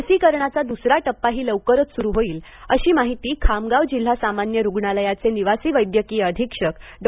लसीकरणाचा दुसरा टप्पाही लवकरच स्रु होईल अशी माहिती खामगाव जिल्हा सामान्य रुग्णालयाचे निवासी वैद्यकीय अधिक्षक डॉ